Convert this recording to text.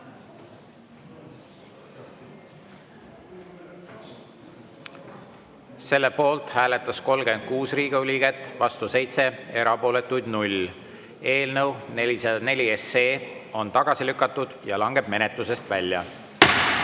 Selle poolt hääletas 36 Riigikogu liiget, vastu 7, erapooletuid on 0. Eelnõu 404 on tagasi lükatud ja langeb menetlusest välja. Head